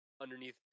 underneath